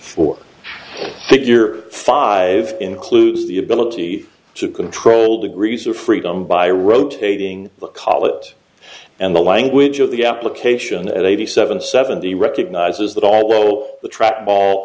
for figure five includes the ability to control degrees of freedom by rotating the collet and the language of the application at eighty seven seventy recognizes that although the trackball